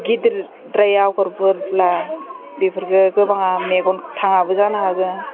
गिदिरद्राय आग'रफोरब्ला बेफोरखौ गोबाङा मेगन थाङाबो जानो हागौ